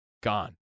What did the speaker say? Gone